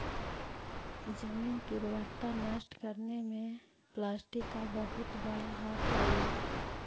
जमीन की उर्वरता नष्ट करने में प्लास्टिक का बहुत बड़ा हाथ हई